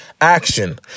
action